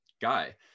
guy